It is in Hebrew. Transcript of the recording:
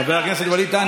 חבר הכנסת ווליד טאהא,